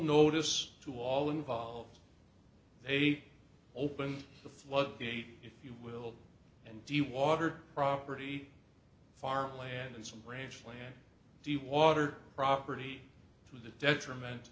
notice to all involved they opened the floodgates if you will and the water property farmland and some ranch land the water property to the detriment